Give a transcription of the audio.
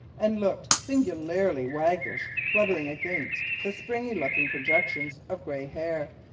and looked singularly waggish fluttering against the spriggy-looking projections of gray hair.